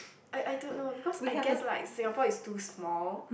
I I don't know because I guess like Singapore is too small